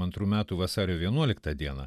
antrų metų vasario vienuoliktą dieną